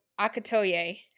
Akatoye